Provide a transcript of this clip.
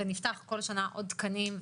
ונפתח כל שנה עוד תקנים,